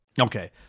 Okay